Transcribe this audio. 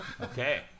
Okay